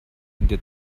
der